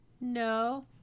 no